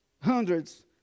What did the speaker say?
hundreds